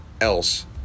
else